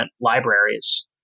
libraries